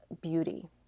beauty